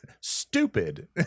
stupid